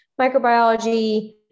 microbiology